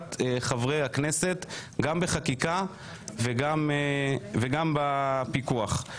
בעבודת חברי הכנסת, אם זה בחקיקה ואם זה בפיקוח.